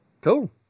Cool